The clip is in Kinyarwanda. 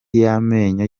y’amenyo